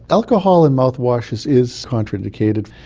alcohol in mouthwash is is contraindicated.